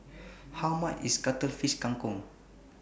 How much IS Cuttlefish Kang Kong